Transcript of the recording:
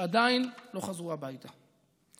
שעדיין לא חזרו הביתה.